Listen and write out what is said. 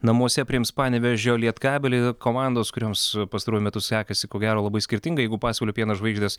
namuose priims panevėžio lietkabelį komandos kurioms pastaruoju metu sekasi ko gero labai skirtingai jeigu pasvalio pieno žvaigždės